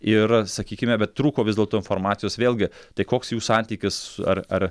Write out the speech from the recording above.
ir sakykime bet trūko vis dėlto informacijos vėlgi tai koks jų santykis ar ar